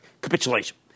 capitulation